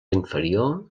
inferior